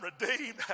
redeemed